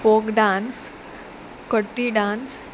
folk dance कट्टी dance